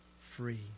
free